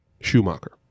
Schumacher